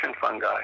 fungi